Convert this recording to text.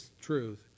truth